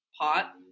pot